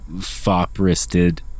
fop-wristed